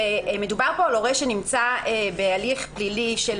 מדובר על הורה שנמצא בהליך פלילי של